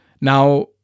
now